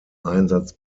einsatz